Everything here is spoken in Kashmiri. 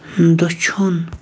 اۭں دٔچھُن